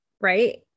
right